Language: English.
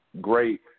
Great